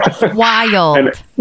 Wild